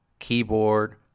keyboard